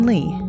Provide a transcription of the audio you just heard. Lee